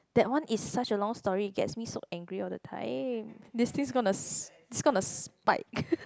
that one is such a long story it gets me so angry all the time this thing is gonna is gonna spike